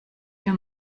der